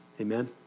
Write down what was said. Amen